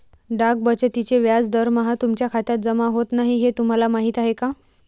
डाक बचतीचे व्याज दरमहा तुमच्या खात्यात जमा होत नाही हे तुम्हाला माहीत आहे का?